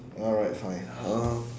alright fine um